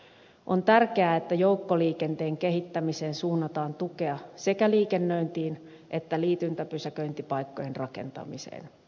on tärkeää että joukkoliikenteen kehittämiseen suunnataan tukea sekä liikennöintiin että liityntäpysäköintipaikkojen rakentamiseen